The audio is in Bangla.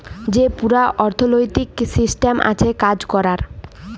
যে পুরা অথ্থলৈতিক সিসট্যাম আছে কাজ ক্যরার